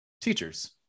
teachers